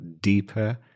deeper